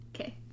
Okay